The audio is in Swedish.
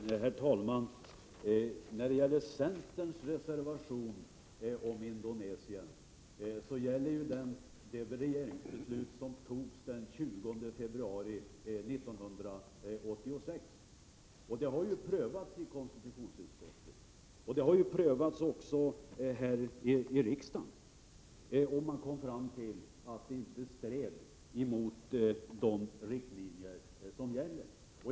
Herr talman! Centerns reservation om Indonesien gäller det regeringsbeslut som fattades den 20 februari 1986. Det har prövats i konstitutionsutskottet och också här i kammaren, och man kom fram till att det inte stred mot de riktlinjer som gäller.